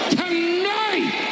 tonight